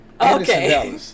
Okay